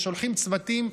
ושולחים צוותים,